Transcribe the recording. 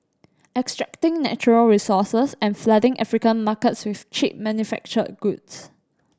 extracting natural resources and flooding African markets with cheap manufactured goods